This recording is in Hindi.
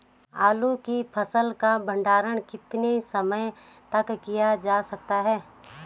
आलू की फसल का भंडारण कितने समय तक किया जा सकता है?